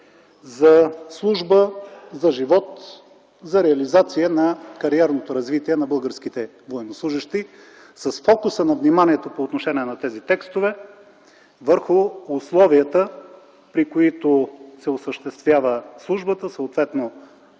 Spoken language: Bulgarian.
за служба, за живот, за реализация на кариерното развитие на българските военнослужещи с фокуса на вниманието по отношение на тези текстове върху условията, при които се осъществява службата, съответно